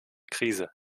krise